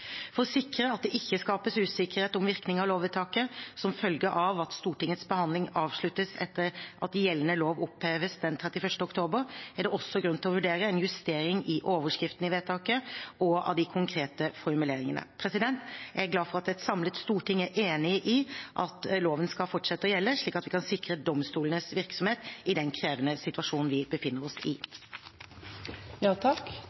For å sikre at det ikke skapes usikkerhet om virkningen av lovvedtaket som følge av at Stortingets behandling avsluttes etter at gjeldende lov oppheves den 31. oktober, er det også grunn til å vurdere en justering i overskriften i vedtaket og av de konkrete formuleringene. Jeg er glad for at et samlet storting er enig i at loven skal fortsette å gjelde slik at vi kan sikre domstolenes virksomhet i den krevende situasjonen vi befinner oss